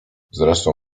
zresztą